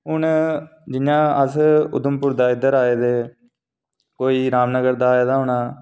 हून जि'या अस उधमपुर दा इद्धर आए दे कोई रामनगर दा आए दा होना